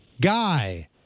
Guy